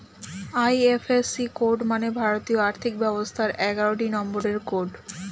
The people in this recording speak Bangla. আই.এফ.সি কোড মানে ভারতীয় আর্থিক ব্যবস্থার এগারোটি নম্বরের কোড